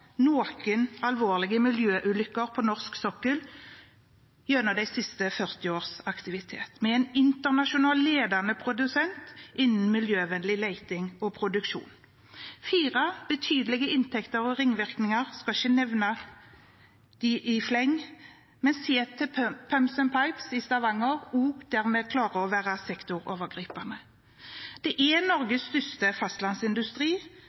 noen alvorlige miljøulykker på norsk sokkel gjennom de siste 40 års aktivitet, og det skal vi ikke ha. Vi er en internasjonal ledende produsent innen miljøvennlig leting og produksjon. Det gir betydelige inntekter og ringvirkninger. Jeg skal ikke nevne dem i fleng, men se til Pumps & Pipes i Stavanger og der vi klarer å være sektorovergripende. Det er